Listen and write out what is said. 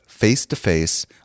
face-to-face